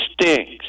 stinks